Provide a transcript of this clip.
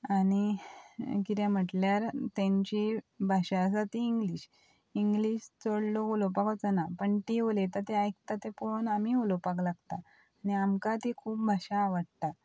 आनी कितें म्हटल्यार तेंची भाशा आसा ती इंग्लीश इंग्लीश चड लोक उलोवपाक वचना पण ती उलयता तें आयकता तें पळोवन आमीय उलोवपाक लागता आनी आमकां ती खूब भाशा आवाडटा